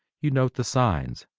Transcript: you note the signs,